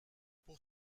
pour